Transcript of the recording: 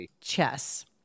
chess